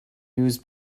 news